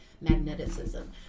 magnetism